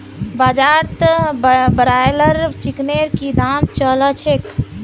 बाजारत ब्रायलर चिकनेर की दाम च ल छेक